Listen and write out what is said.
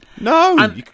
No